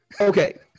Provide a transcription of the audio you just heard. okay